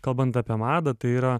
kalbant apie madą tai yra